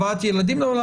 הבאת ילדים לעולם.